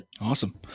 Awesome